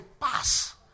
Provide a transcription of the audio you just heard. pass